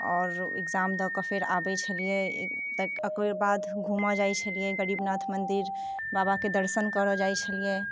आओर एक्जाम दऽ कऽ फेर आबैत छलियै तऽ एकर बाद हम घूमऽ जाइत छलियै गरीबनाथ मंदिर बाबाके दर्शन करऽ जाइत छलियै